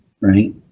right